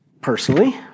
personally